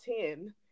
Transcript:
ten –